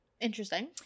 Interesting